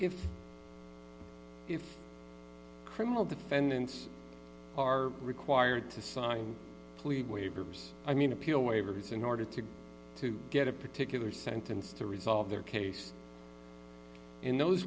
if if criminal defendants are required to sign waivers i mean appeal waivers in order to to get a particular sentence to resolve their case and those